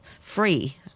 free